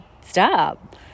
stop